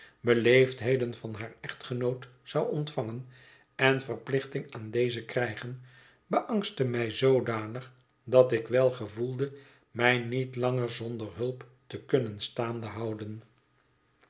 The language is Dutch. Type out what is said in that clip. beleefdheden van haar echtgenoot zou ontvangen en verplichting aan dezen krijgen beangstte mij zoodanig dat ik wel gevoelde mij niet langer zonder hulp te kunnen staande houden